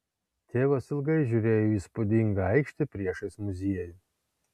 tėvas ilgai žiūrėjo į įspūdingą aikštę priešais muziejų